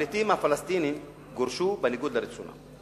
הפליטים הפלסטינים גורשו בניגוד לרצונם,